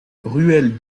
ruelle